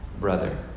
brother